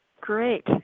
Great